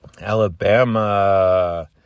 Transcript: Alabama